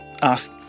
ask